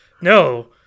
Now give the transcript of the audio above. no